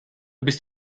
bist